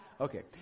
Okay